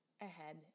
ahead